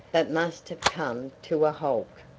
but must have come to a halt.